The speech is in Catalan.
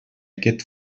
aquest